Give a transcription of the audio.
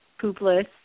poopless